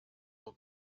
pour